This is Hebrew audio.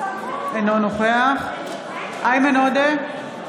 אינו נוכח איימן עודה,